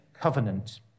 covenant